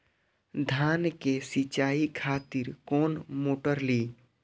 धान के सीचाई खातिर कोन मोटर ली?